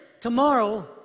tomorrow